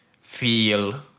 feel